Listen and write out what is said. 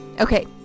okay